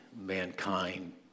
mankind